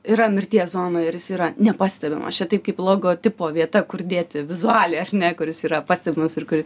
yra mirties zonoj ir jis yra nepastebimas čia taip kaip logotipo vieta kur dėti vizualiai ar ne kur jis yra pastebimas ir kur